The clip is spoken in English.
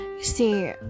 see